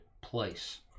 place